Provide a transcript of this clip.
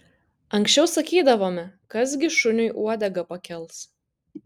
anksčiau sakydavome kas gi šuniui uodegą pakels